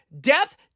death